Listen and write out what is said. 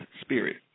Spirit